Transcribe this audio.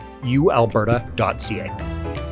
ualberta.ca